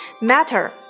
Matter